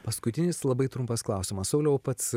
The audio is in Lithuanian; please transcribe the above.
paskutinis labai trumpas klausimas sauliau pats